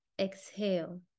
Exhale